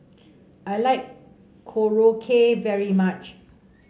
I like Korokke very much